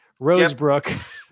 Rosebrook